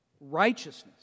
Righteousness